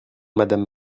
madame